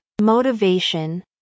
motivation